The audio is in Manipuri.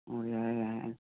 ꯑꯣ ꯌꯥꯔꯦ ꯌꯥꯔꯦ